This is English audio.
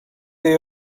they